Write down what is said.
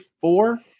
four